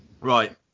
right